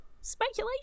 speculation